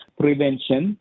prevention